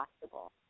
possible